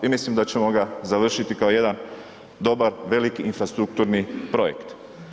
I mislim da ćemo ga završiti kao jedan dobar, veliki infrastrukturni projekt.